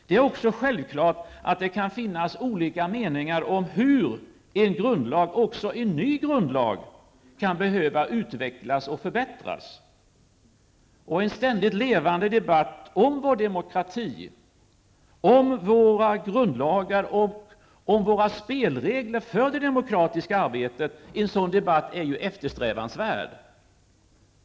Det är också självklart att det kan finnas olika meningar om hur också en ny grundlag kan behöva utvecklas och förbättras. En ständigt levande debatt om vår demokrati, om våra grundlagar och om våra spelregler för det demokratiska arbetet är eftersträvansvärd.